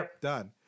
Done